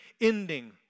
ending